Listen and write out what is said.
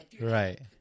Right